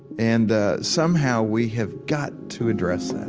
and somehow we have got to address